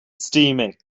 steaming